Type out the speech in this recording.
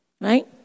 right